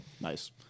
Nice